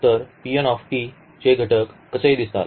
तर हे तर चे घटक कसे दिसतात